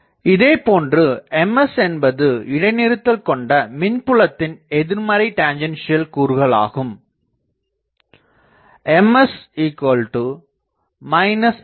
இதேபோன்று Ms என்பது இடை நிறுத்தல் கொண்ட மின்புலத்தின் எதிர்மறை டெஞ்சன்சியல் கூறுகள் ஆகும் Ms n